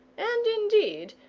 and, indeed,